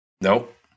nope